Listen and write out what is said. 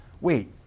wait